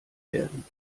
werden